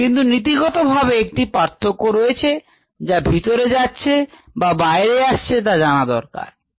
কিন্ত নীতিগতভাবে একটি পার্থক্য রয়েছে যা হল এটি ভেতরে আসতে পারেএই পার্থক্যটি গুরুত্তপূর্ণ